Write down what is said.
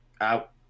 out